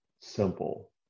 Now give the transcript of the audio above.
simple